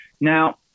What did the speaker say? Now